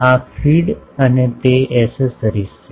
આ ફીડ અને તે એસેસરીઝ છે